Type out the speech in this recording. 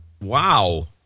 Wow